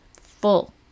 full